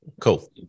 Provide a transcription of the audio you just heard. Cool